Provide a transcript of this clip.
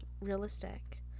realistic